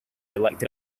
elected